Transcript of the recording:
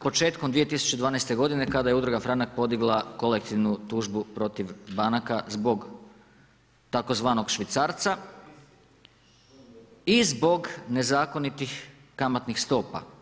početkom 2012. g. kada je udruga Franka podigla kolektivnu tužbu protiv banaka zbog tzv. švicarca i zbog nezakonitih kamatnih stopa.